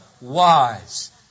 wise